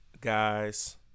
guys